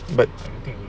but